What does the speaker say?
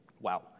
Wow